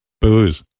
booze